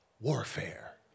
warfare